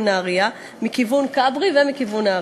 נהרייה מכיוון כברי ומכיוון נהרייה.